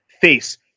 face